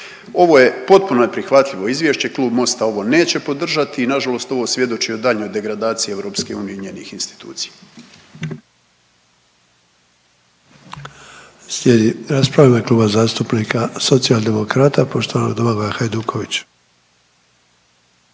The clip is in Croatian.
Ovo je potpuno neprihvatljivo izvješće, Klub MOST-a ovo neće podržati i nažalost ovo svjedoči o daljnjoj degradaciji EU i njenih institucija.